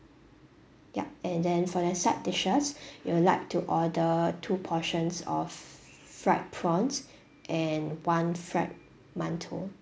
yup and then for the side dishes you'd like to order two portions of fried prawns and one fried mantou